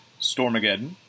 Stormageddon